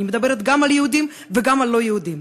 אני מדברת גם על יהודים וגם על לא-יהודים.